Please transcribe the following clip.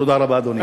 תודה רבה, אדוני.